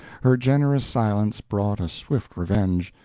her generous silence brought a swift revenge,